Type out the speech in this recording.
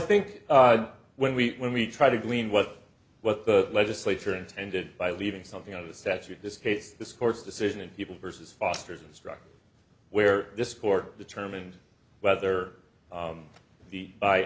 think when we when we try to glean what what the legislature intended by leaving something out of the statute this case this court's decision and people versus fosters instruct where this court determined whether the by